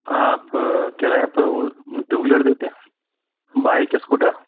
आप किराए पर वह टू व्हीलर देते हैं बाइक स्कूटर